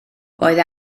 roedd